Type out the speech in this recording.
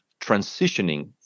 Transitioning